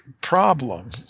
problem